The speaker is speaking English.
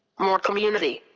more community.